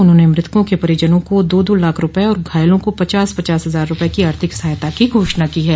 उन्होंने मृतकों के परिजनों को दो दो लाख रूपये और घायलों को पचास पचास हजार रूपये की आर्थिक सहायता की घोषणा की है